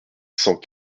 cent